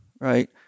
right